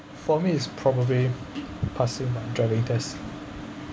for me is probably passing my driving test